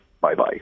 bye-bye